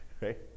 right